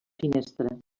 finestra